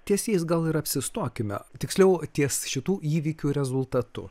ties jais gal ir apsistokime tiksliau ties šitų įvykių rezultatu